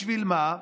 בשביל מה?